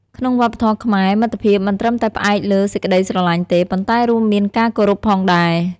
ក្នុងវប្បធម៌ខ្មែរ មិត្តភាពមិនត្រឹមតែផ្អែកលើសេចក្ដីស្រឡាញ់ទេ ប៉ុន្តែរួមមានការគោរពផងដែរ។